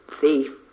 thief